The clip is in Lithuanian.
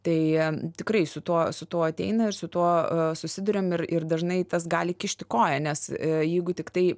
tai tikrai su tuo su tuo ateina ir su tuo susiduriam ir ir dažnai tas gali kišti koją nes jeigu tiktai